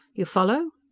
you follow?